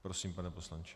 Prosím, pane poslanče.